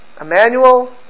Emmanuel